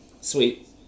Sweet